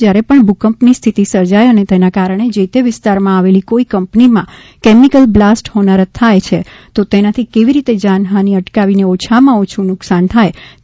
જ્યારે પણ ભૂકંપની સ્થિતિ સર્જાય અને તેના કારણે જે તે વિસ્તારમાં આવેલી કોઇ કંપનીમાં કેમિકલ બ્લાસ્ટ હોનારત થાય છે તો તેનાથી કેવી રીતે જાનહાનિ અટકાવીને ઓછામાં ઓછુ નૂકશાન થાય તેના ઉપર ભાર મૂકવામાં આવશે